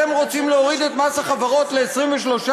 אתם רוצים להוריד את מס החברות ל-23%.